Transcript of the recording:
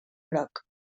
groc